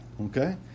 Okay